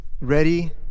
ready